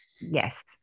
Yes